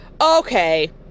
okay